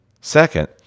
Second